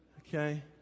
Okay